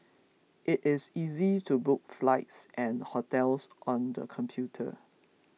it is easy to book flights and hotels on the computer